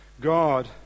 God